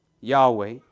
Yahweh